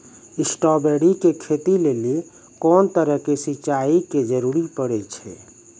Strawberry के खेती लेली कोंन तरह के सिंचाई के जरूरी पड़े छै?